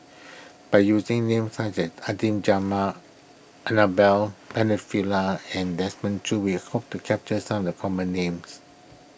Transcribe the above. by using names such as Adan Annabel and Desmond Choo we hope to capture some the common names